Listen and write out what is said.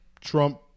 Trump